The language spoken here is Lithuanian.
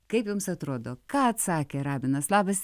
kaip jums atrodo ką atsakė rabinas labas